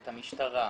את המשטרה,